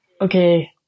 okay